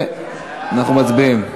אנחנו מצביעים.